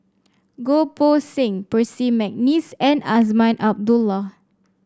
Goh Poh Seng Percy McNeice and Azman Abdullah